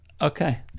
okay